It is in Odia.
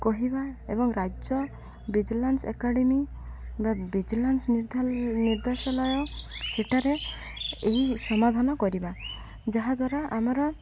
କହିବା ଏବଂ ରାଜ୍ୟ ଭିଜିଲାନ୍ସ ଏକାଡ଼େମୀ ବା ଭିଜିଲାନ୍ସ ନିର୍ଦ୍ଦେଶାଳୟ ସେଠାରେ ଏହି ସମାଧାନ କରିବା ଯାହାଦ୍ୱାରା ଆମର